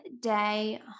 day